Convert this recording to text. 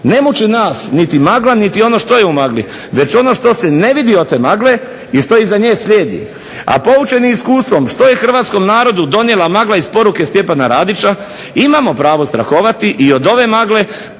Ne muči nas niti magla, niti ono što je u magli već ono što se ne vidi od te magle i što iza nje slijedi. A poučeni iskustvom što je Hrvatskom narodu donijela magla iz poruke Stjepana Radića imamo pravo strahovati i od ove magle